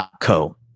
Co